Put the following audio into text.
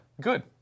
Good